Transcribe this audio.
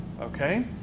Okay